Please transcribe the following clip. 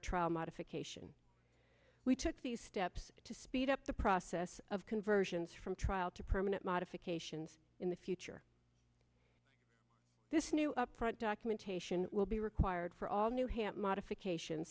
trial modification we took these steps to speed up the process of conversions from trial to permanent modifications in the future this new upfront documentation will be required for all new hampshire modification